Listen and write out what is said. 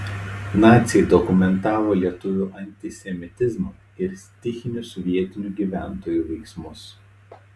naciai dokumentavo lietuvių antisemitizmą ir stichinius vietinių gyventojų veiksmus